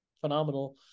phenomenal